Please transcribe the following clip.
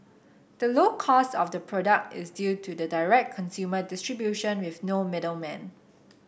the low cost of the product is due to the direct consumer distribution with no middlemen